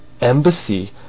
Embassy